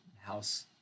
house